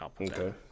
Okay